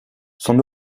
son